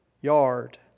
yard